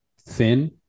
thin